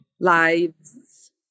lives